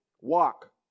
Walk